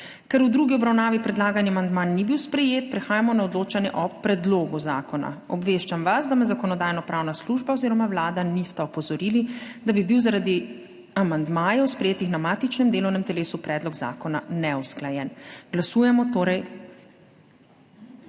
Ker v drugi obravnavi predlagani amandma ni bil sprejet, prehajamo na odločanje o predlogu zakona. Obveščam vas, da me Zakonodajno-pravna služba oziroma Vlada nista opozorili, da bi bil zaradi amandmajev, sprejetih na matičnem delovnem telesu, predlog zakona neusklajen. Vi bi še